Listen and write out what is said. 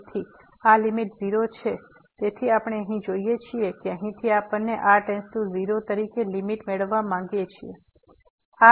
તેથી આ લીમીટ 0 છે તેથી આપણે અહીં જોઈએ છીએ કે અહીંથી આપણે r → 0 તરીકે લીમીટ મેળવવા માંગીએ છીએ